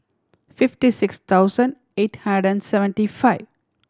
fifty six thousand eight hundred seventy five